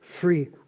free